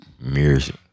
Music